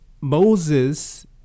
Moses